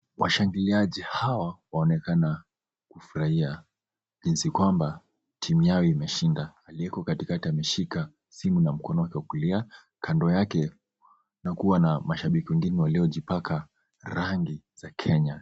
Washangiliaji hawa wanaonekana kufurahia jinsi kwamba timu yao imeshinda. Aliyeeko katikakati ameshika simu na mkono wake wa kulia, kando yake, na kuwa na mashabiki wengine waliojipaka rangi za Kenya.